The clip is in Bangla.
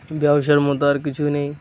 ব্যবসার মতো আর কিছু নেই